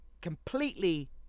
completely